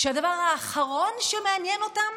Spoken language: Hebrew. שהדבר האחרון שמעניין אותם